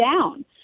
down